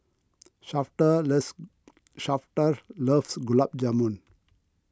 Shafter loves Shafter loves Gulab Jamun